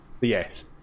yes